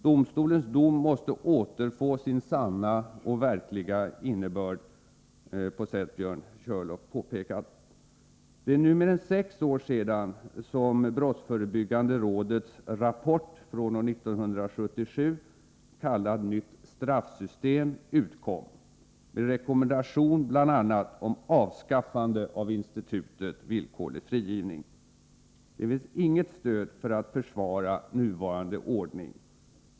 Domstolens dom måste återfå sin sanna och verkliga innebörd. Det är nu mer än sex år sedan som brottsförebyggande rådets rapport från år 1977, kallad Nytt straffsystem, utkom med rekommendation bl.a. om avskaffande av institutet villkorlig frigivning. Det finns inget stöd för att försvara nuvarande ordning.